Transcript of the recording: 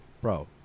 Bro